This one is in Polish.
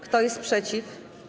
Kto jest przeciw?